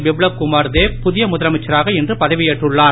பிப்லப் குமார் தேப் புதிய முதலமைச்சராக இன்று பதவியேற்றுள்ளார்